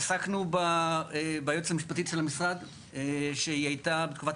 עסקנו ביועצת המשפטית של המשרד שהיא הייתה בתקופת